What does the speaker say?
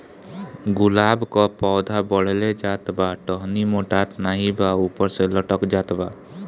गुलाब क पौधा बढ़ले जात बा टहनी मोटात नाहीं बा ऊपर से लटक जात बा?